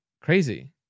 crazy